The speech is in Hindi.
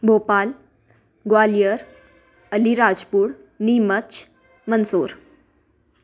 भोपाल ग्वालियर अलीराजपुर नीमच मंदसौर